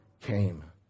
came